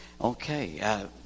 Okay